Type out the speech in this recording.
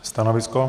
Stanovisko?